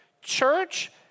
church